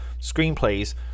screenplays